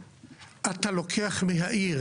אתה לוקח מהעיר.